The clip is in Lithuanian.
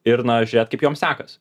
ir na žiūrėt kaip joms sekas